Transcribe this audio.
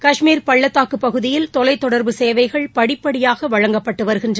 கஷ்மீர் பள்ளத்தாக்குப் பகுதியில் தொலைத் தொடர்பு சேவைகள் படிப்படியாக வழங்கப்பட்டு வருகிறது